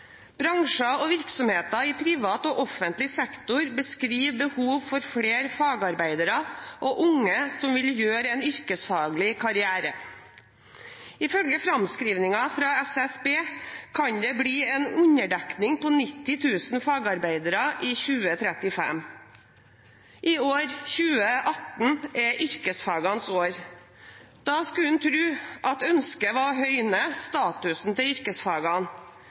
Bransjer og virksomheter i privat og offentlig sektor beskriver behov for flere fagarbeidere og unge som vil gjøre yrkesfaglig karriere. Ifølge framskrivninger fra SSB kan det bli en underdekning på 90 000 fagarbeidere i 2035. I år, i 2018, er det yrkesfagenes år. Da skulle en tro at ønsket var å høyne statusen til yrkesfagene.